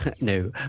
No